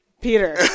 Peter